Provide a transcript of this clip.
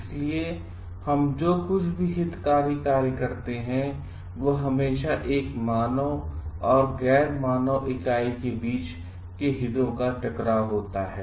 इसलिए हम जो कुछ भी हितकारी कार्य करते हैं वह हमेशा एक मानव और गैर मानव इकाई के बीच हितों का टकराव होता है